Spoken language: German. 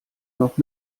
noch